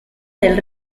del